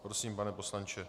Prosím, pane poslanče.